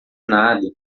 nada